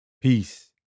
Peace